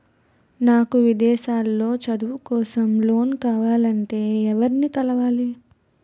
నాకు విదేశాలలో చదువు కోసం లోన్ కావాలంటే ఎవరిని కలవాలి?